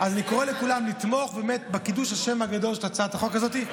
אז אני קורא לכולם לתמוך בקידוש השם הגדול של הצעת החוק הזאת.